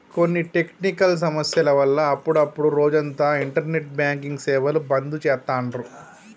కొన్ని టెక్నికల్ సమస్యల వల్ల అప్పుడప్డు రోజంతా ఇంటర్నెట్ బ్యాంకింగ్ సేవలు బంద్ చేత్తాండ్రు